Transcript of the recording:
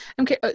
Okay